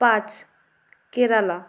পাঁচ কেরালা